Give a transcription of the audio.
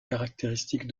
caractéristique